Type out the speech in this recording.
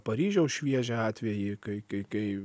paryžiaus šviežią atvejį kai kai kai